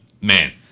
man